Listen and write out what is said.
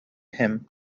him